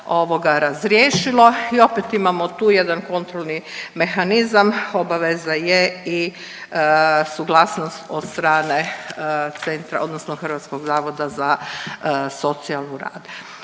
razriješilo. I opet imamo tu jedan kontrolni mehanizam. Obaveza je i suglasnost od strane centra, odnosno Hrvatskog zavoda za socijalni rad.